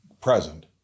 present